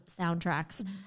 soundtracks